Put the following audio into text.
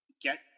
get